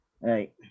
Right